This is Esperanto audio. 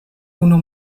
unu